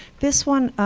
this one,